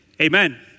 Amen